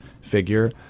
figure